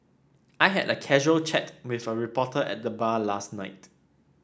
I had a casual chat with a reporter at the bar last night